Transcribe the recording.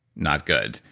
not good.